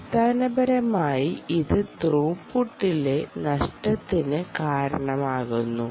അടിസ്ഥാനപരമായി ഇത് ത്രൂപുട്ടിലെ നഷ്ടത്തിന് കാരണമാകുന്നു